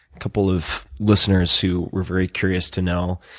a couple of listeners who were very curious to know,